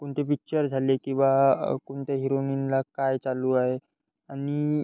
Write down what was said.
कोणते पिच्चर झाले की बा कोणत्या हिरोनीनला काय चालू आहे आणि